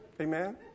Amen